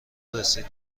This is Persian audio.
رسید